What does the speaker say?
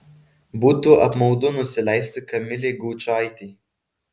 būtų apmaudu nusileisti kamilei gaučaitei